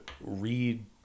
read